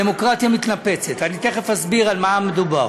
דמוקרטיה מתנפצת, אני תכף אסביר על מה מדובר.